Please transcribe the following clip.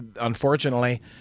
unfortunately